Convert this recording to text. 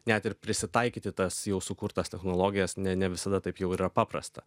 net ir prisitaikyti tas jau sukurtas technologijas ne ne visada taip jau yra paprasta